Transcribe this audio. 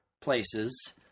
places